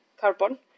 carbon